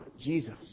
Jesus